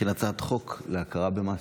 מכין הצעת חוק להכרה במס.